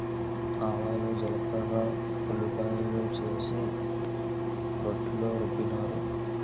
ఆవాలు జీలకర్ర ఉల్లిపాయలు వేసి రోట్లో రుబ్బినారు